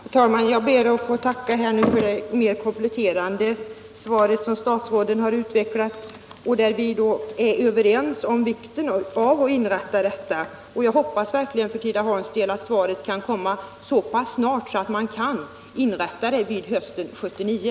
Herr talman! Jag ber att få tacka för de kompletterande synpunkter som statsrådet har utvecklat. Vi är då överens om vikten av att övergå från specialkurs till linje, och jag hoppas verkligen för Tidaholms del att beslutet kommer så pass snart att linjer kan inrättas hösten 1979.